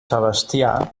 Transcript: sebastià